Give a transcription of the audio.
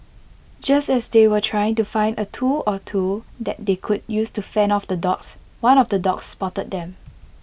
just as they were trying to find A tool or two that they could use to fend off the dogs one of the dogs spotted them